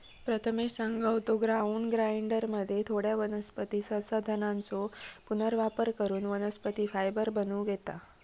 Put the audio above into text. प्रथमेश सांगा होतो, ग्राउंड ग्राइंडरमध्ये थोड्या वनस्पती संसाधनांचो पुनर्वापर करून वनस्पती फायबर बनवूक येता